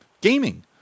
gaming